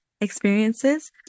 experiences